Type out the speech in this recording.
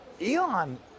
Elon